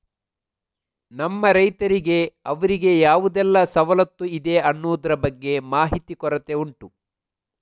ನಮ್ಮ ರೈತರಿಗೆ ಅವ್ರಿಗೆ ಯಾವುದೆಲ್ಲ ಸವಲತ್ತು ಇದೆ ಅನ್ನುದ್ರ ಬಗ್ಗೆ ಮಾಹಿತಿ ಕೊರತೆ ಉಂಟು